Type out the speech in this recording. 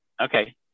Okay